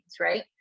right